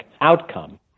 outcome